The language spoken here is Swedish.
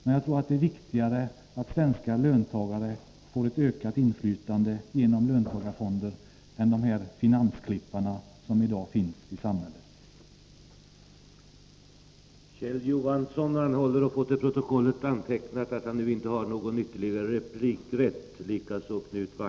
Men jag tycker det är viktigare att svenska löntagare får ett ökat inflytande genom löntagarfonder än att dessa finansklippare som i dag finns i samhället har inflytandet. ter anhållit att till protokollet få antecknat att de inte ägde rätt till ytterligare repliker.